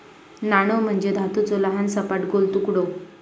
नाणो म्हणजे धातूचो लहान, सपाट, गोल तुकडो